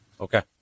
Okay